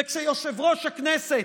וכשיושב-ראש הכנסת,